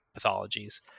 pathologies